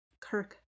Kirk